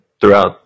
throughout